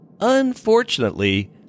Unfortunately